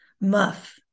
muff